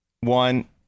one